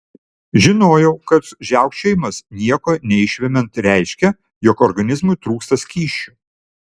žinojau kad žiaukčiojimas nieko neišvemiant reiškia jog organizmui trūksta skysčių